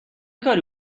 کاری